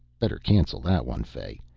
better cancel that one, fay.